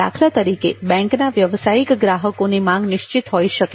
દાખલા તરીકે બેંકના વ્યવસાયિક ગ્રાહકોની માંગ નિશ્ચિત હોઈ શકે